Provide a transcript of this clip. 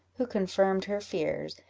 who confirmed her fears,